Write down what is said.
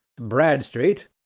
Bradstreet